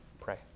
pray